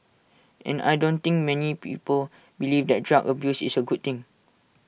and I don't think many people believe that drug abuse is A good thing